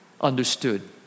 understood